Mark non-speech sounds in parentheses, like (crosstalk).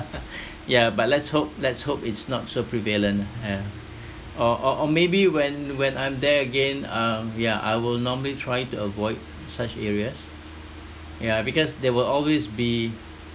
(laughs) yeah but let's hope let's hope it's not so prevalent lah ya or or or maybe when when I'm there again um yeah I will normally try to avoid such areas yeah because there will always be